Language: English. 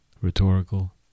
Rhetorical